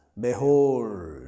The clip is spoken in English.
Behold